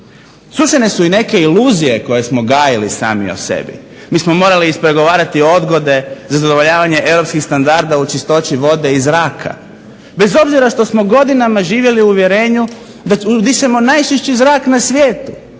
Srušene su neke iluzije koje smo gajili sami o sebi, mi smo morali ispregovarati odgode, zadovoljavanje europskih standarda u čistoći vode i zraka bez obzira što smo godinama živjeli u uvjerenju da dišemo najčišći zrak na svijetu